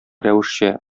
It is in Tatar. рәвешчә